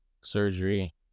surgery